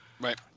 Right